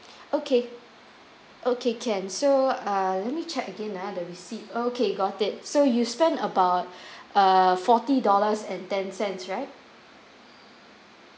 okay okay can so uh let me check again ah the receipt okay got it so you spend about err forty dollars and ten cents right